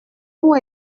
nous